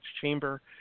Chamber